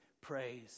praise